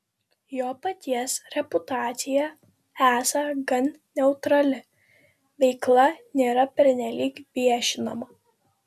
jo paties reputacija esą gan neutrali veikla nėra pernelyg viešinama